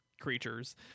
creatures